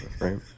right